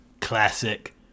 Classic